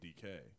DK